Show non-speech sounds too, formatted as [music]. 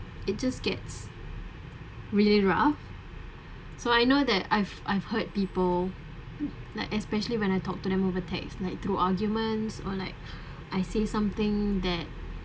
it just gets really rough so I know that I've I've heard people like especially when I talk to them over text like through arguments or like [breath] I say something that